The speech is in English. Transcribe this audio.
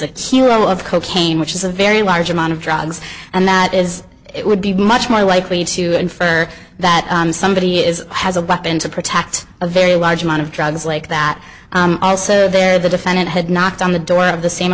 a hero of cocaine which is a very large amount of drugs and that is it would be much more likely to infer that somebody is has a back in to protect a very large amount of drugs like that also there the defendant had knocked on the door of the same